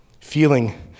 Feeling